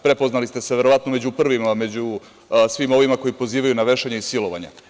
Prepoznali ste se verovatno među prvima, među svima ovima koji pozivaju na vešanja i silovanja.